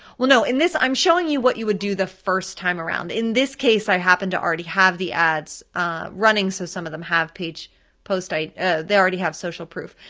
well, no, in this i'm showing you what you would do the first time around. in this case, i happen to already have the ads running so some of them have page post, they already have social proof.